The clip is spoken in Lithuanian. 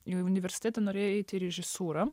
į universitetą norėjau eiti į režisūrą